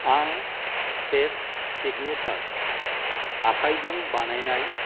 आं पेस सिगनिचार आखायजों बानायनाय